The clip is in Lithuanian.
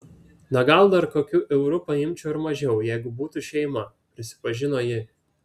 na gal dar kokiu euru paimčiau ir mažiau jeigu būtų šeima prisipažino ji